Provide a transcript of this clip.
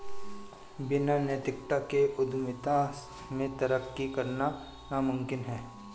बिना नैतिकता के उद्यमिता में तरक्की करना नामुमकिन है